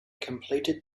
completed